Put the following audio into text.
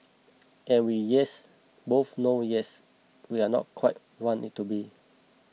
and we yes both know yes we are not quite want it to be